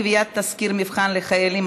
קביעת תסקיר מבחן לחיילים),